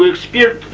like sphere.